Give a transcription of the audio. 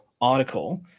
article